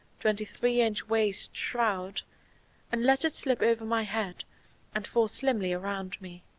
twenty-three-inch waist shroud and let it slip over my head and fall slimly around me.